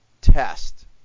Test